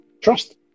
trust